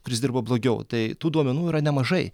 kuris dirba blogiau tai tų duomenų yra nemažai